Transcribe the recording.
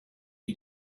you